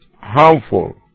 harmful